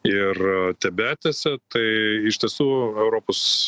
ir tebetęsia tai iš tiesų europos